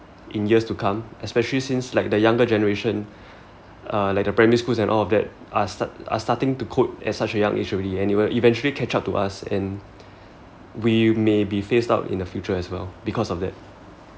in years to come especially since like the younger generation uh like the primary schools and all of that are start are starting to code at such a young age already and it will eventually catch up to us and we may be phased out in the future as well because of that